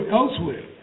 elsewhere